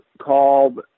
called